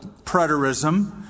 preterism